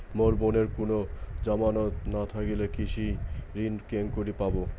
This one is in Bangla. মোর বোনের কুনো জামানত না থাকিলে কৃষি ঋণ কেঙকরি পাবে?